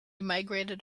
migrated